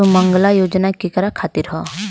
सुमँगला योजना केकरा खातिर ह?